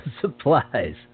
supplies